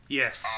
yes